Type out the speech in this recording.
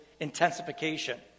intensification